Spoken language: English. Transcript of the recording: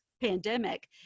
pandemic